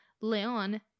Leon